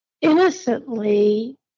innocently